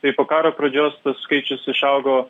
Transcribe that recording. tai po karo pradžios tas skaičius išaugo